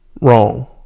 Wrong